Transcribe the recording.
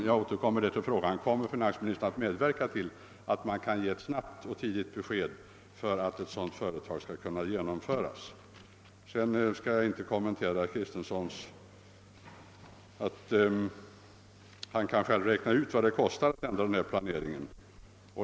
Jag återkommer till frågan: Kommer finansministern att medverka till att det kan ges ett snabbt besked för att ett sådant företag skall kunna genomföras? Jag skall inte kommentera herr Kristensons inlägg. Han kan själv räkra ut vad det kostar att ändra denna planering.